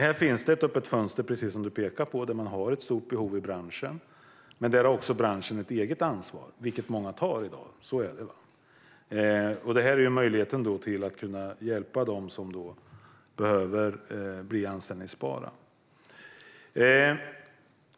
Här finns det ett öppet fönster, som du pekar på, då man har ett stort behov i branschen. Men branschen har också ett eget ansvar, vilket många tar. Det här är en möjlighet att hjälpa dem som behöver bli anställbara.